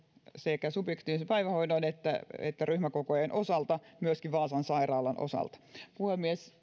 sekä subjektiivisen päivähoidon että että ryhmäkokojen osalta ja myöskin vaasan sairaalan osalta puhemies